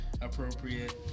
appropriate